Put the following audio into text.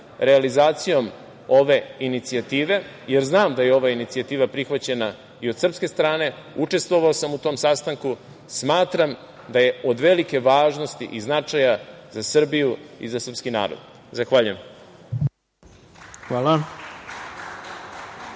realizacijom ove inicijative, jer znam da je ova inicijativa prihvaćena i od srpske strane, učestvovao sam u tom sastanku, smatram da je od velike važnosti i značaja za Srbiju i za srpski narod. Zahvaljujem. **Ivica